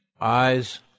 eyes